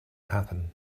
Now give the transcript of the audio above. happen